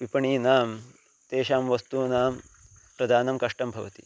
विपणीनां तेषां वस्तूनां प्रदानं कष्टं भवति